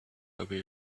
away